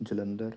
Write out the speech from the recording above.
Jalandhar